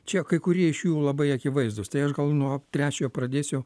čia kai kurie iš jų labai akivaizdūs tai aš gal nuo trečiojo pradėsiu